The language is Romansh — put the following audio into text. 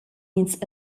ins